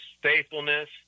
faithfulness